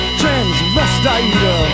transvestite